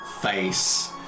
face